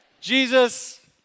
Jesus